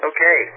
Okay